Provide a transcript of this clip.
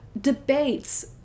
debates